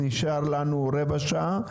ונשארה לנו רבע שעה.